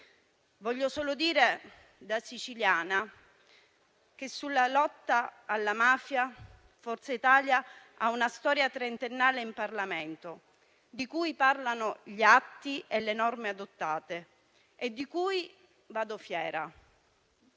Voglio solo dire, da siciliana, che sulla lotta alla mafia Forza Italia ha una storia trentennale in Parlamento, di cui parlano gli atti e le norme adottate e di cui vado fiera,